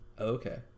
Okay